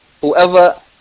whoever